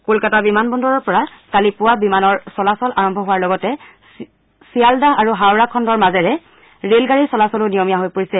কলকাতা বিমান বন্দৰৰ পৰা কালি পুৱা বিমানৰ চলাচল আৰম্ভ হোৱাৰ লগতে শিয়ালদাহ আৰু হাওৰা খণ্ডৰ মাজেৰে ৰেল গাড়ীৰ চলাচলো নিয়মীয়া হৈ পৰিছে